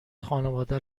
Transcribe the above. خانواده